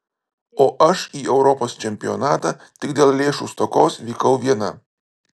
o aš į europos čempionatą tik dėl lėšų stokos vykau viena